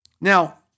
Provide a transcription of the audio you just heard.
Now